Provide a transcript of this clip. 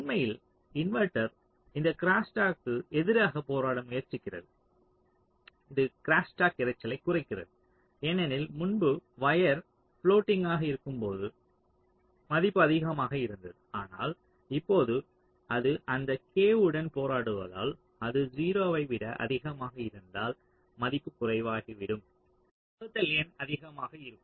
உண்மையில் இன்வெர்ட்டர் இந்த க்ரோஸ்டாக் க்கு எதிராக போராட முயற்சிக்கிறது இது க்ரோஸ்டாக் இரைச்சலை குறைக்கிறது ஏனெனில் முன்பு வயர் பிலோட்டிங்க் ஆக இருக்கும்போது மதிப்பு அதிகமாக இருந்தது ஆனால் இப்போது அது இந்த K உடன் போராடுவதால் அது 0 ஐ விட அதிகமாக இருந்தால் மதிப்பு குறைவாகிவிடும் வகுத்தல் எண் அதிகமாக இருக்கும்